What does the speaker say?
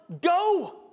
go